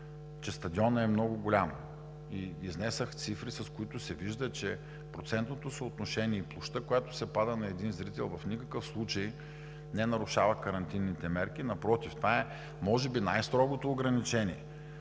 че стадионът е много голям, и изнесох цифри, с които се вижда, че процентното съотношение и площта, която се пада на един зрител, в никакъв случай не нарушава карантинните мерки, напротив, това е може би най-строгото ограничение.